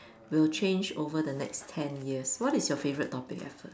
will change over the next ten years what is your favourite topic